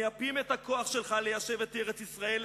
אנחנו מייפים את הכוח שלך ליישב את ארץ-ישראל,